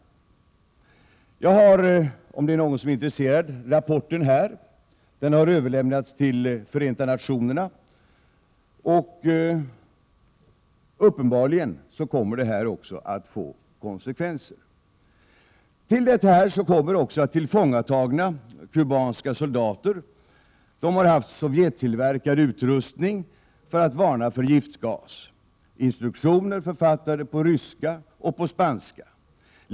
Jag har rapporten här, om någon är intresserad. Den har överlämnats till Förenta nationerna, och uppenbarligen kommer detta att få konsekvenser. Till detta kommer att tillfångatagna kubanska soldater har haft sovjettillverkad utrustning för att varna för giftgas, instruktioner författade på ryska och spanska.